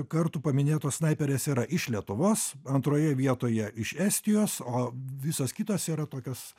kartų paminėtos snaiperės yra iš lietuvos antroje vietoje iš estijos o visos kitos yra tokios